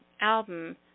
album